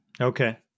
Okay